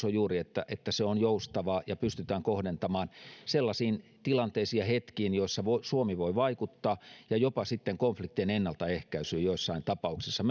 on juuri että että se on joustavaa ja pystytään kohdentamaan sellaisiin tilanteisiin ja hetkiin joissa suomi voi vaikuttaa ja jopa sitten konfliktien ennaltaehkäisyyn joissain tapauksissa